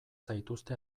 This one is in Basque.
zaituzte